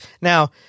Now